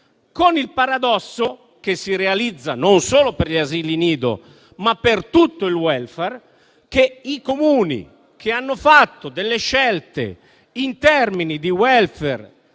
con il paradosso - che si realizza non solo per gli asili nido, ma per tutto il *welfare* - che i Comuni che hanno fatto scelte in termini di *welfare*